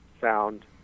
found